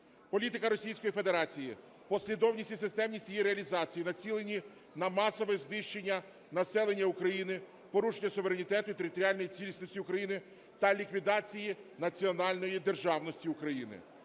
Політика Російської Федерації, послідовність і системність її реалізації націлені на масове знищення населення України, порушення суверенітету і територіальної цілісності України та ліквідації національної державності України.